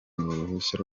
uruhushya